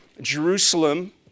Jerusalem